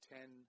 Ten